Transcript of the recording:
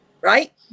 right